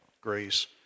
Grace